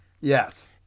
Yes